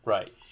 Right